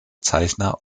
zeichner